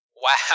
Wow